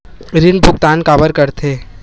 ऋण भुक्तान काबर कर थे?